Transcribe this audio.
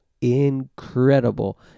incredible